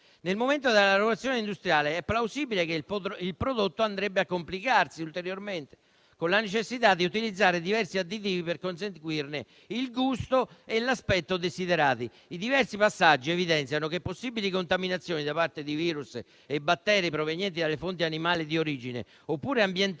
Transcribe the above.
Nel momento della lavorazione industriale è plausibile che il prodotto andrebbe a complicarsi ulteriormente, con la necessità di utilizzare diversi additivi per conseguirne il gusto e l'aspetto desiderati. I diversi passaggi evidenziano che possibili contaminazioni da parte di virus e batteri provenienti dalle fonti animali di origine oppure ambientali